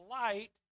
light